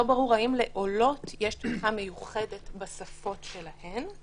לא ברור האם לעולות יש תמיכה מיוחדת בשפות שלהן.